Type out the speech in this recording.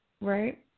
right